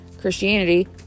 Christianity